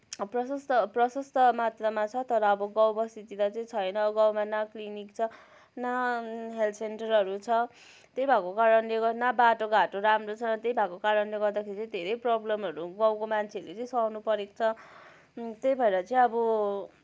प्रशस्त प्रशस्त मात्रामा छ तर अब गाउँ बस्तीतिर चाहिँ छैन गाउँमा न क्लिनिक छ न हेल्थ सेन्टरहरू छ त्यही भएको कारणले हो न बाटोघाटो राम्रो छैन त्यही भएको कारणले गर्दाखेरि चाहिँ धेरै प्रोब्लमहरू गाउँको मान्छेले चाहिँ सहन परेको छ त्यही भएर चाहिँ अब